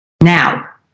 Now